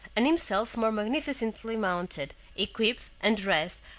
and himself more magnificently mounted, equipped, and dressed,